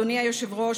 אדוני היושב-ראש,